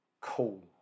Cool